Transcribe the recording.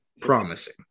Promising